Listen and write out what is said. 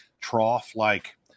trough-like